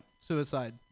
suicide